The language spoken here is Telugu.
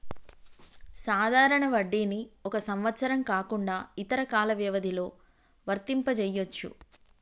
సాధారణ వడ్డీని ఒక సంవత్సరం కాకుండా ఇతర కాల వ్యవధిలో వర్తింపజెయ్యొచ్చు